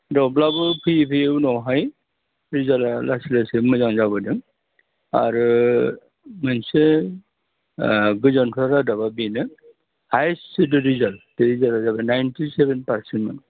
थेवब्लाबो फैयै फैयै उनावहाय रिजाल्टआ लासै लासै मोजां जाबोदों आरो मोनसे गोजोन्थाव रादाबा बेनो हायेस्ट जितु रिजाल्ट बे जाबाय जेरै नाइन्टि सेभेन पार्सेन्टमोन